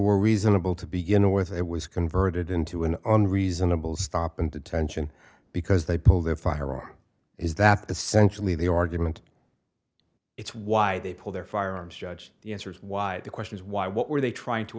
were reasonable to begin with it was converted into an unreasonable stop and detention because they pull the firearm is that the centrally the argument it's why they pull their firearms judge the answers why the questions why what were they trying to